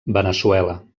veneçuela